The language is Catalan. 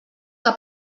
que